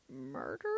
murder